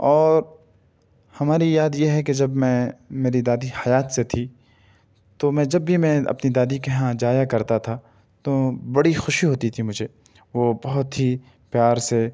اور ہماری یاد یہ ہے کہ جب میں میری دادی حیات سے تھی تو میں جب بھی میں اپنی دادی کے یہاں جایا کرتا تھا تو بڑی خوشی ہوتی تھی مجھے وہ بہت ہی پیار سے